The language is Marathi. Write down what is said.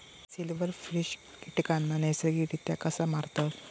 सिल्व्हरफिश कीटकांना नैसर्गिकरित्या कसा मारतत?